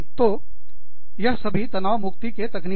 तो यह सभी तनाव मुक्ति के तकनीक हैं